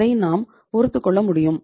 அதை நாம் பொறுத்துக்கொள்ள முடியும்